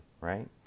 right